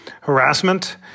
harassment